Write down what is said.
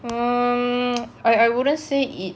um I I wouldn't say it